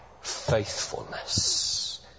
faithfulness